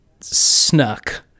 Snuck